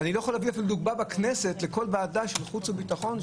אני לא יכול להביא דוגמה בכנסת לכל ועדה של חוץ וביטחון,